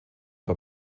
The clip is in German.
bei